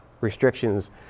restrictions